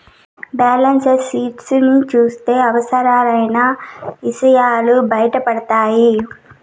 balance sheet ని చూత్తే అసలైన ఇసయాలు బయటపడతాయి